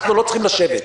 אנחנו לא צריכים לשבת,